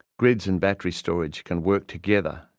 grids and battery storage can work together,